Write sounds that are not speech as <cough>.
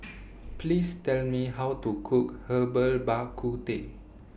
<noise> Please Tell Me How to Cook Herbal Bak Ku Teh